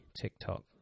TikTok